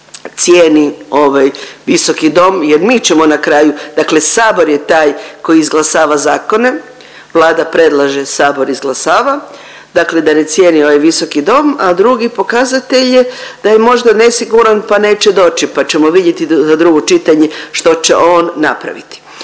cijeni ovaj visoki dom jer mi ćemo na kraju, dakle sabor je taj koji izglasava zakone, Vlada predlaže, sabor izglasava, dakle da ne cijeni ovaj visoki dom, a drugi pokazatelj je da je možda nesiguran pa neće doći pa ćemo vidjeti za drugo čitanje što će on napraviti.